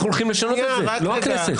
אנחנו הולכים לשנות את זה, לא הכנסת.